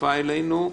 אלינו.